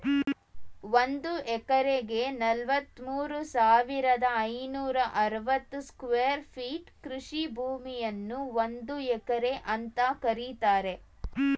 ಒಂದ್ ಎಕರೆಗೆ ನಲವತ್ಮೂರು ಸಾವಿರದ ಐನೂರ ಅರವತ್ತು ಸ್ಕ್ವೇರ್ ಫೀಟ್ ಕೃಷಿ ಭೂಮಿಯನ್ನು ಒಂದು ಎಕರೆ ಅಂತ ಕರೀತಾರೆ